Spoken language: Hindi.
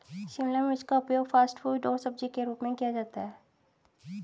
शिमला मिर्च का उपयोग फ़ास्ट फ़ूड और सब्जी के रूप में किया जाता है